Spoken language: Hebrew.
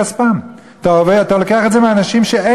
אתה לוקח את זה מאזרחים שעבדו על כספם,